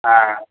ஆ